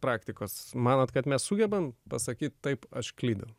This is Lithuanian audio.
praktikos manot kad mes sugebam pasakyt taip aš klydau